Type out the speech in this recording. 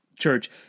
church